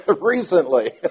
Recently